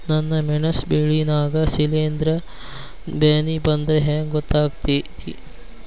ನನ್ ಮೆಣಸ್ ಬೆಳಿ ನಾಗ ಶಿಲೇಂಧ್ರ ಬ್ಯಾನಿ ಬಂದ್ರ ಹೆಂಗ್ ಗೋತಾಗ್ತೆತಿ?